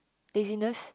laziness